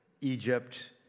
Egypt